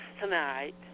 tonight